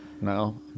no